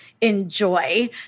enjoy